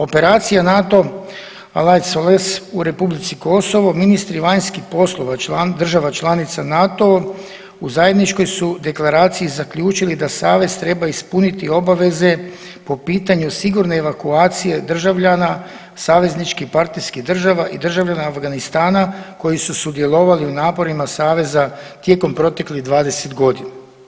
Operacija NATO „Allied solace“ u Republici Kosovo ministri vanjskih poslova država članica NATO-a u zajedničkoj su deklaraciji zaključili da savez treba ispuniti obaveze po pitanju sigurne evakuacije državljana savezničkih partijskih država i državljana Afganistana koji su sudjelovali u naporima saveza tijekom proteklih 20 godina.